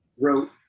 wrote